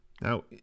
Now